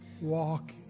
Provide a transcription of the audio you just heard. walk